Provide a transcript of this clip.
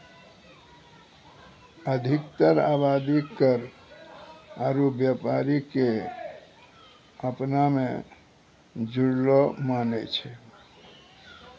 अधिकतर आवादी कर आरु व्यापारो क अपना मे जुड़लो मानै छै